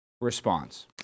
response